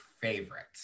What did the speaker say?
favorite